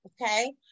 Okay